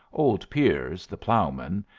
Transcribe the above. old piers, the ploughman,